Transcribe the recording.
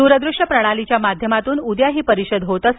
दूरदृश्य प्रणालीच्या माध्यमातून उद्या ही परिषद होणार आहे